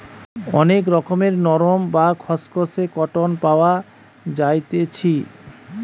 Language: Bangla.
অনেক রকমের নরম, বা খসখসে কটন পাওয়া যাইতেছি